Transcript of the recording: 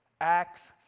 Acts